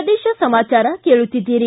ಪ್ರದೇಶ ಸಮಾಚಾರ ಕೇಳುತ್ತೀದ್ದಿರಿ